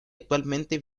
actualmente